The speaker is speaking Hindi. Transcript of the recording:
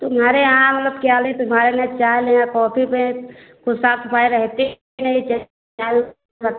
तुम्हारे यहाँ मतलब क्या लें अब कॉपी पर कुछ साफ सफाई रहती ही नहीं